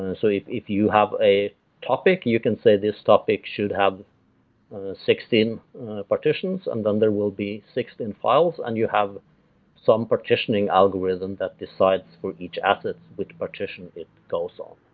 and so if if you have a topic, you can say, this topic should have sixteen partitions and then there will be sixteen files and you have some partitioning algorithm that decides for each assets with partition where it goes on.